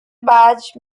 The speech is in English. badge